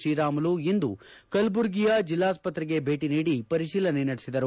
ಶ್ರೀರಾಮುಲು ಇಂದು ಕಲಬುರಗಿಯ ಜಿಲ್ಲಾಸ್ಪತ್ತೆಗೆ ಭೇಟಿ ನೀಡಿ ಪರಿಶೀಲನೆ ನಡೆಸಿದರು